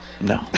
No